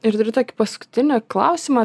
ir turiu tokį paskutinį klausimą